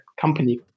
company